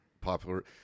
popular